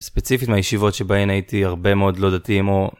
ספציפית מהישיבות שבהן הייתי הרבה מאוד לא דתיים או